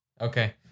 Okay